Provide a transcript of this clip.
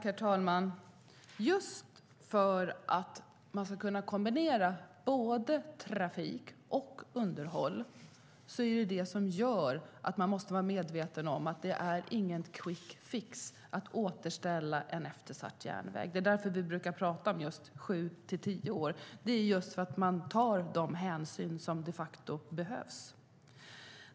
Herr talman! Just för att man ska kunna kombinera trafik och underhåll måste man vara medveten om att det inte finns någon quick fix för att återställa en eftersatt järnväg. Det är därför vi brukar prata om just sju till tio år: för att man tar de hänsyn som de facto behöver tas.